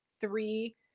three